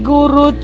Guru